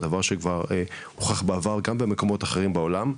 דבר שכבר הוכח בעבר גם במקומות אחרים בעולם,